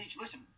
listen